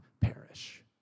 perish